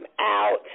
out